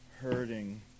hurting